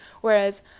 whereas